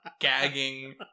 gagging